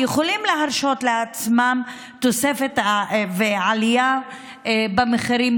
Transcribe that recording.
יכולים להרשות לעצמנו תוספת ועלייה כזו במחירים,